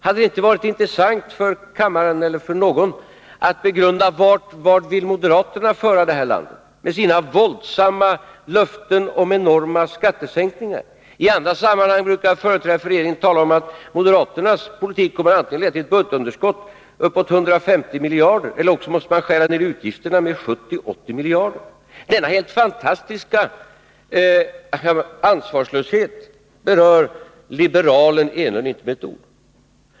Hade det inte varit intressant att begrunda vart moderaterna vill föra det här landet med sina våldsamma löften om enorma skattesänkningar? I andra sammanhang brukar företrädare för regeringen tala om att moderaternas politik kommer att leda till budgetunderskott på uppåt 150 miljarder kronor eller också måste man skära ner utgifterna med 70-80 miljarder. Denna helt fantastiska ansvarslöshet berör liberalen Enlund inte med ett ord.